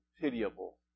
pitiable